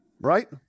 right